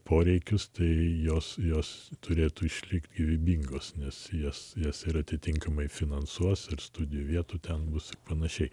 poreikius tai jos jos turėtų išlikti gyvybingos nes jas jas ir atitinkamai finansuos ir studijų vietų ten bus panašiai